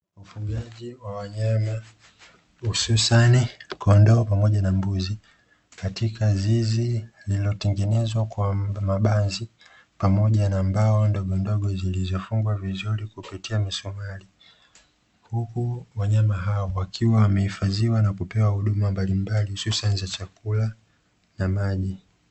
Ufugaji wa wanyama hususani kondoo pamoja na mbuzi katika zizi, lililotengenezwa kwa mabanzi pamoja na mbao ndogondogo zilizofungwa vizuri kupitia misumari, huku wanyama hao wakiwa wamehifadhiwa na kupewa huduma mbalimbali hususani za chakula na maji.